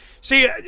see